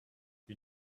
you